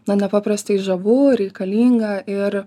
na nepaprastai žavu reikalinga ir